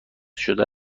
شده